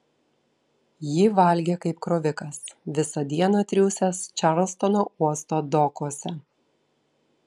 ji valgė kaip krovikas visą dieną triūsęs čarlstono uosto dokuose